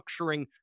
structuring